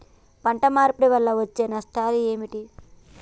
పంట మార్పిడి వల్ల వచ్చే నష్టాలు ఏమిటి?